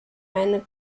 eine